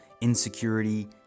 insecurity